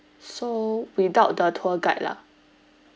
so without the tour guide lah